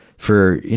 for, you